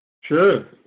Sure